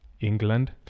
england